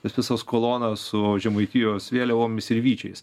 tos visos kolonos su žemaitijos vėliavomis ir vyčiais